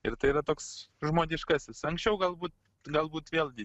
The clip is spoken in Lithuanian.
ir tai yra toks žmogiškasis anksčiau galbūt galbūt vėlgi